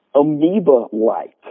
amoeba-like